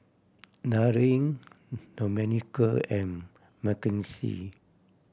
Darin Domenico and Makenzie